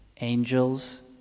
angels